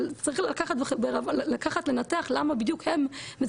אבל צריך לקחת לנתח למה בדיוק הם,